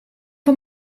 van